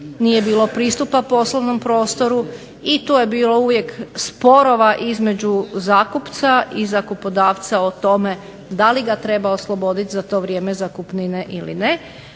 nije bilo pristupa poslovnom prostoru i tu je bilo uvijek sporova između zakupca i zakupodavca o tome da li ga treba osloboditi za to vrijeme zakupnine ili ne.